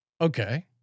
Okay